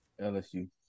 LSU